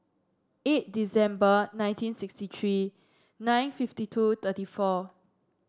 eight December nineteen sixty tree nine fifty two thirty four